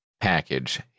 Package